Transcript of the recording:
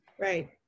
Right